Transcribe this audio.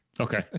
okay